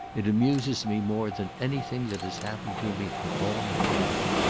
it amuses me more than anything that has happened to me in all my life.